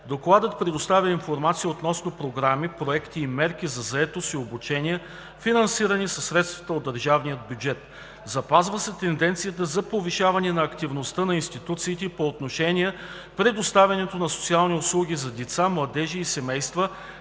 Докладът предоставя информация относно програми, проекти и мерки за заетост и обучение, финансирани със средства от държавния бюджет. Запазва се тенденцията за повишаване активността на институциите по отношение предоставянето на социални услуги за деца, младежи и семейства,